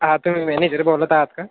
हां तुम्ही मॅनेजर बोलत आहात का